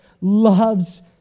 loves